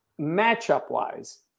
matchup-wise